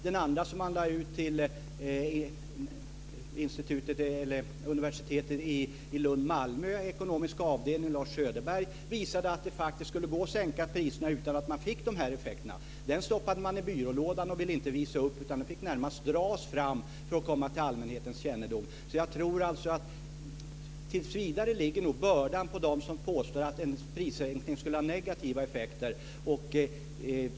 Den andra, som man lade ut till universitet i Lund/Malmö, Ekonomiska avdelningen, Lars Söderberg, visade att det faktiskt skulle gå att sänka priserna utan att få de här effekterna. Den stoppade man i byrålådan och ville inte visa upp. Den fick närmast dras fram för att komma till allmänhetens kännedom. Jag tror alltså att bördan tills vidare ligger hos dem som påstår att en prissänkning skulle ha negativa effekter.